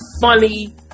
funny